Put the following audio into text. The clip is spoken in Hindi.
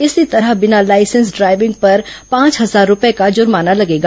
इसी तरह बिना लाइसेंस ड्राइविंग पर पांच हजार रुपये का जुर्माना लगेगा